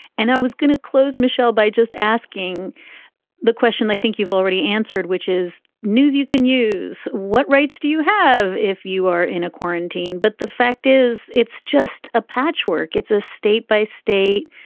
and i was going to close michelle by just asking the question i think you've already answered, which is news you can use. what rights do you have if you are in a quarantine? but the fact is it's just a patchwork. it's a state by state.